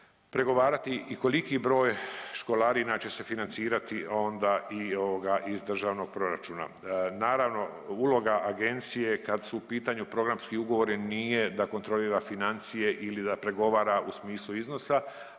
pregovarati i koliki broj školarina će se financirati onda i ovoga iz Državnog proračuna. Naravno uloga agencije kad su u pitanju programski ugovori nije da kontrolira financije ili da pregovara u smislu iznosa.